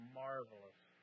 marvelous